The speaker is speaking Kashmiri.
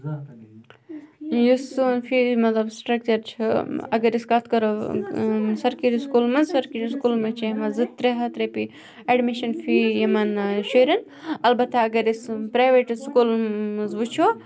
یُس سون فی مطلب سٕٹرٛکچَر چھُ اگر أسۍ کَتھ کَرو سرکٲری سکوٗلَن منٛز سرکٲری سکوٗلَن منٛز چھِ ہٮ۪وان زٕ ترٛےٚ ہَتھ رَپیہِ اٮ۪ڈمِشَن فی یِمَن شُرٮ۪ن البتہ اگر أسۍ پرٛایویٹ سکوٗلَن منٛز وٕچھو